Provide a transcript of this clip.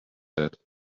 said